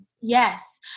yes